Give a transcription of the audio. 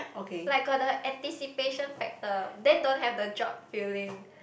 like got the anticipation factor then don't have the jog feeling